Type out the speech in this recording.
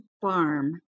farm